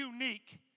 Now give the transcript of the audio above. unique